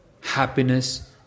Happiness